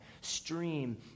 stream